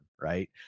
right